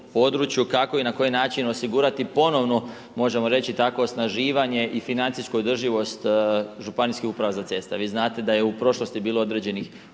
kako i na koji način osigurati ponovno, možemo reći takvo osnaživanje i financijsku održivost županijskih uprava za ceste. A vi znate da je u prošlosti bilo određenih